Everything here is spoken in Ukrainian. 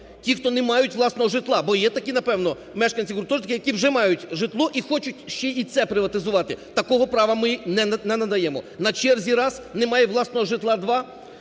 ті, хто не мають власного житла, бо є такі, напевно, мешканці гуртожитків, які вже мають житло і хочуть ще і це приватизувати. Такого права ми не надаємо. На черзі – раз, немає власного житла – два,